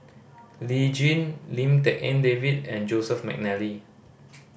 Lee Jin Lim Tik En David and Joseph McNally